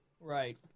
Right